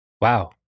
Wow